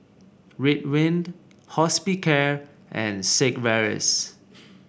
Ridwind Hospicare and Sigvaris